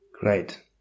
Great